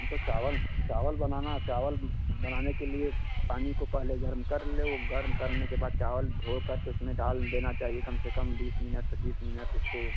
हम तो चावल चावल बनाना चावल बनाने के लिए पानी को पहले गर्म कर लेवो गर्म करने के बाद चावल धोकर उसमें डाल देना चाहिए कम से कम बीस मिनट पच्चीस मिनिट उसको